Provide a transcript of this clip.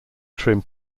trim